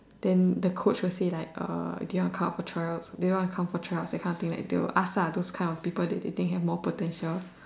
then the Coach will say like do you want to come for trials do you want to come for trials that kind of thing like they will ask ah those kind of people who they think have more potential